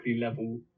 level